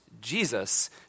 Jesus